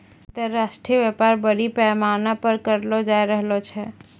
अन्तर्राष्ट्रिय व्यापार बरड़ी पैमाना पर करलो जाय रहलो छै